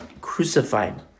crucified